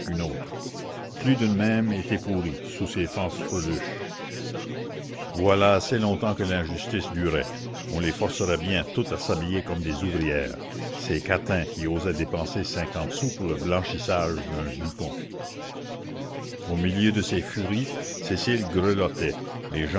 qu'une autre plus d'une même était pourrie sous ses fanfreluches voilà assez longtemps que l'injustice durait on les forcerait bien toutes à s'habiller comme des ouvrières ces catins qui osaient dépenser cinquante sous pour le blanchissage d'un jupon au milieu de ces furies cécile grelottait